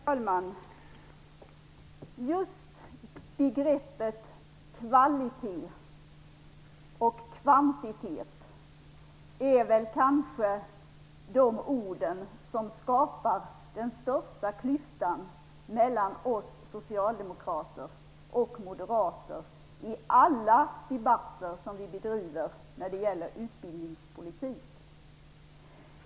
Herr talman! Just begreppen kvalitet och kvantitet skapar kanske den största klyftan mellan oss socialdemokrater och moderater i alla debatter som vi bedriver när det gäller utbildningspolitik.